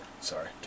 Sorry